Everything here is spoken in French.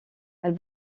elle